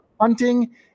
Hunting